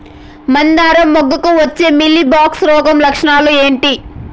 మందారం మొగ్గకు వచ్చే మీలీ బగ్స్ రోగం లక్షణాలు ఏంటి?